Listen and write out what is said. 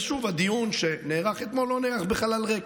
שוב, הדיון שנערך אתמול לא נערך בחלל ריק.